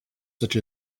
such